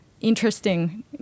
interesting